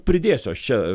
pridėsiu aš čia